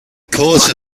cause